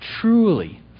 truly